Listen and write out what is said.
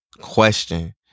question